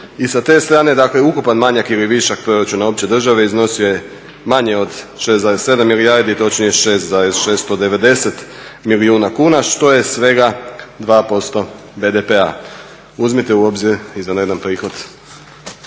i sa te strane ukupan manjak ili višak proračuna opće države iznosio je manje od 6,7 milijardi, točnije 6,690 milijuna kuna što je svega 2% BDP-a. Uzmite u obzir izvanredan prihod